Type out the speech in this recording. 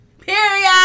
period